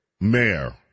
mayor